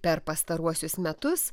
per pastaruosius metus